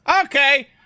Okay